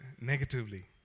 negatively